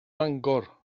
mangor